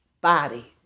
body